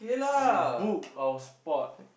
and we book our spot